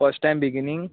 first time beginning